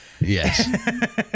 Yes